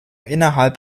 innerhalb